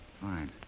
Fine